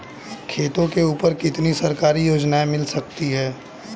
खेतों के ऊपर कितनी सरकारी योजनाएं मिल सकती हैं?